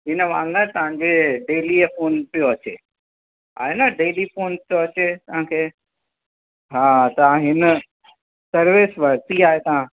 हिन महिल न तव्हांखे डेली हे फ़ोन पियो अचे आहे न डेली फ़ोन थो अचे तव्हांखे हा त हिन सर्विस वरिती आहे तव्हां